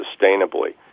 sustainably